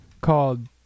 called